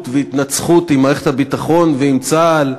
והתנצחות עם מערכת הביטחון ועם צה"ל,